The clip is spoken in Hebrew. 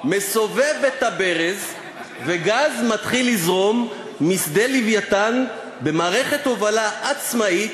מסובב את הברז וגז מתחיל לזרום משדה "לווייתן" במערכת הובלה עצמאית,